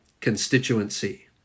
constituency